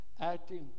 acting